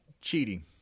cheating